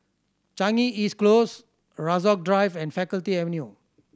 Changi East Close Rasok Drive and Faculty Avenue